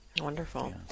Wonderful